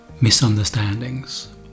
misunderstandings